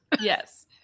Yes